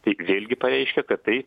tai vėlgi pareiškia kad tai